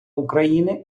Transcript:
україни